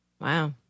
Wow